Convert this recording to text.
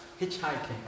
hitchhiking